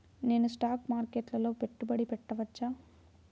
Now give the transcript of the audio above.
నేను స్టాక్ మార్కెట్లో పెట్టుబడి పెట్టవచ్చా?